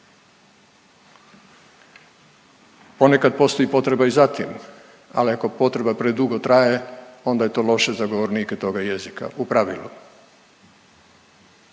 Ponekad postoji potreba i za tim, ali ako potreba predugo traje onda je to loše za govornike toga jezika, u pravilu.